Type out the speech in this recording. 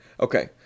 Okay